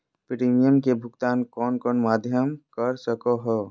Premium के भुक्तान कौन कौन माध्यम से कर सको है?